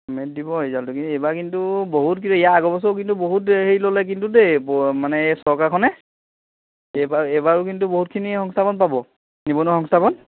মে' ত দিব ৰিজাল্টো কি এইবাৰ কিন্তু বহুত কি ইয়াৰ আগৰ বছৰ কিন্তু বহুত হেৰি ল'লে কিন্তু দেই মানে এই চৰকাৰখনে এইবাৰ এইবাৰো কিন্তু বহুতখিনি সংস্থাপন পাব নিবনুৱা সংস্থাপন